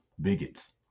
bigots